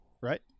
right